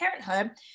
Parenthood